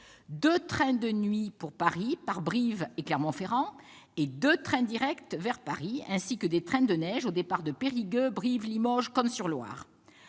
deux trains de nuit pour Paris par Brive et Clermont-Ferrand et deux trains directs vers Paris, ainsi que des trains de neige au départ de Périgueux, Brive, Limoges et Cosne-Cours-sur-Loire.